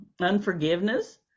unforgiveness